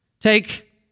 take